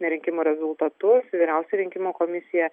rinkimų rezultatus vyriausioji rinkimų komisija